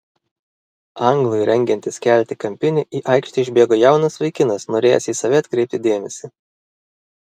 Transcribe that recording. anglui rengiantis kelti kampinį į aikštę išbėgo jaunas vaikinas norėjęs į save atkreipti dėmesį